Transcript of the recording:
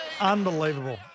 Unbelievable